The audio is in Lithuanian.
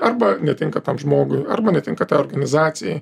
arba netinka tam žmogui arba netinka organizacijai